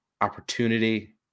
opportunity